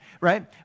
right